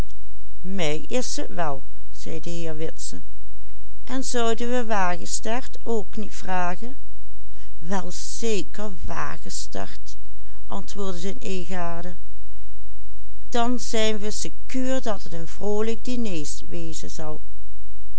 ook niet vragen wel zeker wagestert antwoordde zijn eegade dan zijn we sekuur dat het een vroolijk diner wezen zal